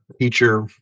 teacher